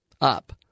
up